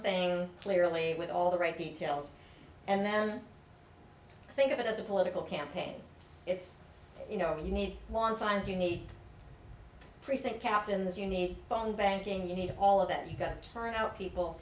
thing clearly with all the right details and then think of it as a political campaign it's you know you need lawn signs you need precinct captains you need phone banking you need all of that you can't turn out people